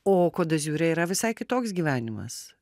o kod de ziure yra visai kitoks gyvenimas